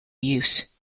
use